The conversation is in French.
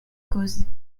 cause